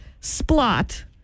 Splot